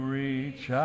reach